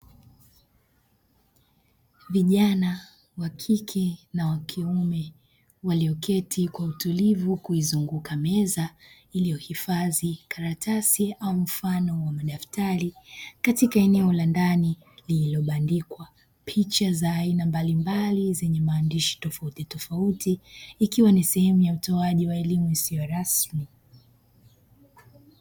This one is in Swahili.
Vijana wa kike na wa kiume walioketi kwa utulivu kuizunguka meza ilio hifadhi karatasi au mfano wa madaftari katika eneo la ndani lililobandikwa picha za aina mbalimbali zenye maandishi tofautitofauti ikiwa ni sehemu ya utoaji wa elimu isiyo rasmi.